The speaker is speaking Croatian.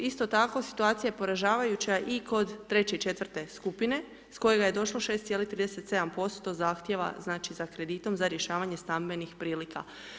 Isto tako situacija je poražavajuća i kod treće i četvrte skupine s kojega je došlo 6,37% zahtjeva znači za kreditom za rješavanje stambenih prilika.